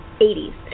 80s